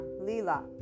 Lila